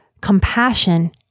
compassion